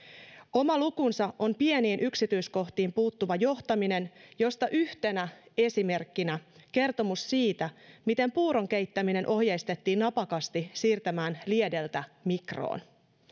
oma lukunsa on pieniin yksityiskohtiin puuttuva johtaminen josta yhtenä esimerkkinä on kertomus siitä miten puuron keittäminen ohjeistettiin napakasti siirtämään liedeltä mikroon